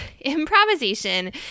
Improvisation